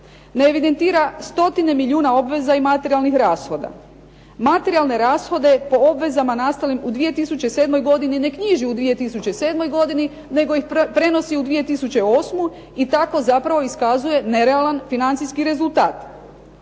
Ne evidentira stotine milijuna obveza i materijalnih rashoda. Materijalne rashode po obvezama nastalim u 2007. godini ne knjiži u 2007. nego ih prenosi u 2008. i tako zapravo iskazuje nerealan financijski rezultat.